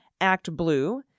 ActBlue